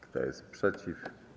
Kto jest przeciw?